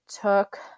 took